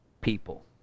people